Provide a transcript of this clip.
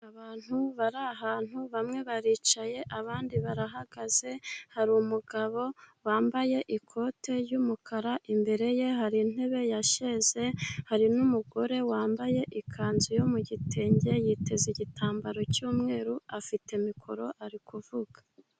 Abantu bari ahantu hamwe baricaye, abandi barahagaze hari umugabo wambaye ikote ry'umukara, imbere ye hari intebe yasheze ,hari n'umugore wambaye ikanzu yo mu gitenge yiteze igitambaro cy'umweru, afite mikoro ari kuvuga.